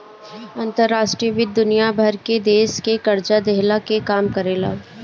अंतर्राष्ट्रीय वित्त दुनिया भर के देस के कर्जा देहला के काम करेला